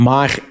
Maar